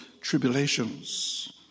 tribulations